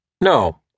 No